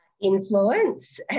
influence